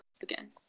again